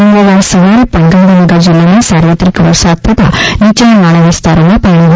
મંગળવારે સવારે ગાંધીનગર જિલ્લામાં સાર્વત્રીક વરસાદ થતા નિચાણવાળા વિસ્તારોમાં પાણી ભરાયા હતા